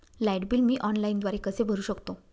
Light bill मी ऑनलाईनद्वारे कसे भरु शकतो?